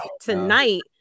tonight